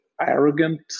arrogant